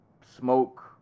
Smoke